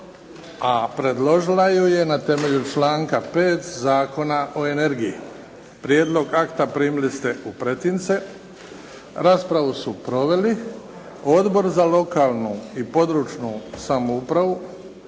a predložila ju je na temelju članka 5. Zakona o energiji. Prijedlog akta primili ste u pretince. Raspravu su proveli Odbor za lokalnu i područnu (regionalnu)